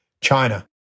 China